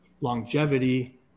longevity